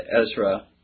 Ezra